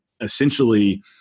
essentially